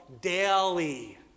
daily